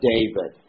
David